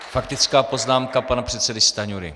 Faktická poznámka pana předsedy Stanjury.